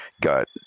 got